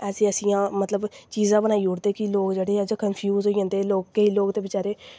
ऐसी ऐसियां मतलब चीज़ां बनाई ओड़दे कि लोक जेह्ड़े ऐ कंप्यूज़ होई जंदे लोक केईं लोक ते बचैरे